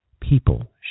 People